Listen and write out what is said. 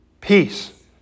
peace